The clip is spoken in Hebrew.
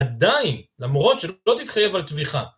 עדיין, למרות שלא תתחייב על טביחה.